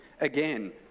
again